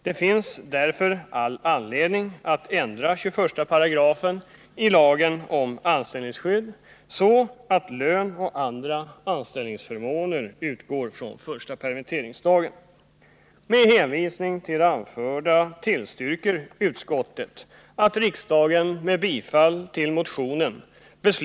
Det finns därför all anledning att ändra 21 § i lagen om anställningsskydd, så att lön och andra anställningsförmåner utgår från första permitteringsdagen.